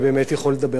אתה יכול לדבר הרבה,